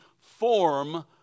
form